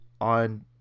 on